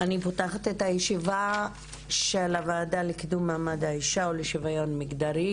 אני פותחת את הישיבה לקידום מעמד האישה ולשוויון מגדרי.